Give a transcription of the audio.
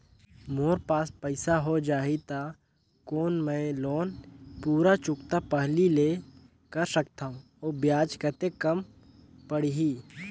मोर पास पईसा हो जाही त कौन मैं लोन पूरा चुकता पहली ले कर सकथव अउ ब्याज कतेक कम पड़ही?